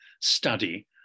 study